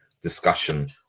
discussion